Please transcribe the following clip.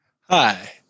Hi